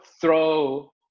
throw